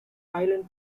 island